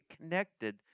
connected